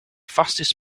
fastest